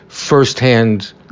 First-hand